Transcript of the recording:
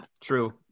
true